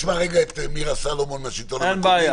סלומון, השלטון המקומי.